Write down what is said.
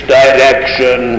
direction